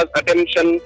attention